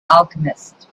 alchemist